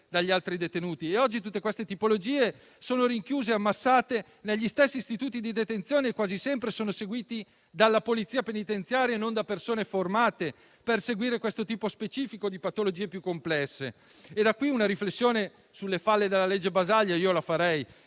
dagli altri. Oggi tutte queste tipologie sono rinchiuse e ammassate negli stessi istituti di detenzione e quasi sempre sono seguite dalla Polizia penitenziaria e non da persone formate per seguire questo tipo specifico di patologie più complesse. In proposito, farei una riflessione sulle falle della legge Basaglia, perché ne